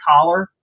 collar